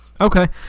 Okay